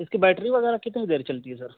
اس کی بیٹری وغیرہ کتنے دیر چلتی ہے سر